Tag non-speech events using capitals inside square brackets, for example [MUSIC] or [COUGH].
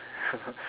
[LAUGHS]